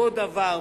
אותו דבר,